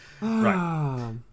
Right